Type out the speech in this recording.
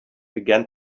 began